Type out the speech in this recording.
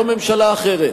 לא ממשלה אחרת,